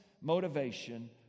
motivation